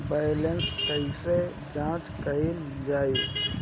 Balance कइसे जांच कइल जाइ?